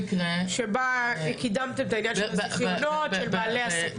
שבה קידמת את הענין של הזיכיונות של בעלי עסקים.